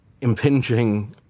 impinging